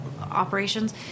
operations